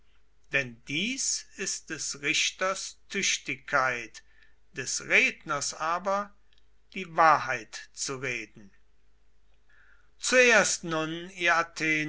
denn dies ist des richters tüchtigkeit des redners aber die wahrheit zu reden zuerst nun ihr